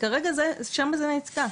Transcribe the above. וכרגע שמה זה נתקע.